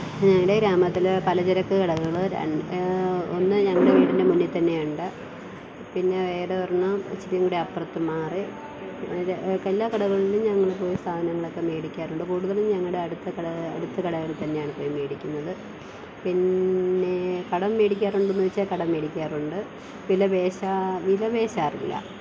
ഞങ്ങളുടെ ഗ്രാമത്തിൽ പലചരക്ക് കടകൾ ര ഒന്ന് ഞങ്ങളുടെ വീടിന്റെ മുന്നിൽ തന്നെയുണ്ട് പിന്നെ വേറെ ഒരെണ്ണം ഇത്തിരി കൂടി അപ്പുറത്ത് മാറി അതിൻറെ എല്ലാ കടകളിലും ഞങ്ങൾ പോയി സാധനങ്ങളൊക്കെ മേടിക്കാറുണ്ട് കൂടുതലും ഞങ്ങളുടെ അടുത്ത കട അടുത്ത കടകളില് തന്നെയാണ് പോയി മേടിക്കുന്നത് പിന്നെ കടം മേടിക്കാറുണ്ടോ എന്ന് ചോദിച്ചാല് കടം മേടിക്കാറുണ്ട് വില പേശാ വിലപേശാറില്ല